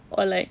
or like